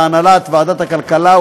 להנהלת ועדת הכלכלה,